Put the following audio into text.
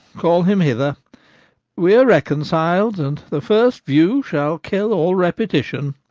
call him hither we are reconcil'd, and the first view shall kill all repetition.